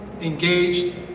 engaged